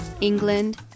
England